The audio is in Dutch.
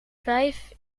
vijf